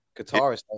guitarist